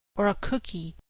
or a cookie,